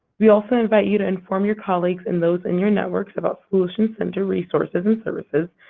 we also invite you to inform your colleagues and those in your networks about solutions center resources and services,